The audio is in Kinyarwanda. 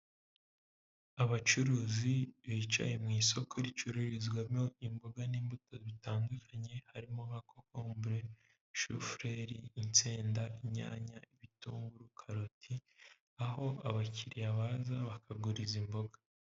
Abacuruzi bicaye mu isoko ricururizwamo imboga n'imbuto bitandukanye, harimo nka cokombure, shofureri, insenda, inyanya ibitungururu, kaloti aho abakiriya baza bakagurira imboga.